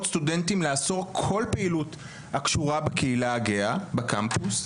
סטודנטים לאסור כל פעילות הקשורה בקהילה הגאה בקמפוס.